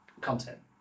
content